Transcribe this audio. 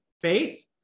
Faith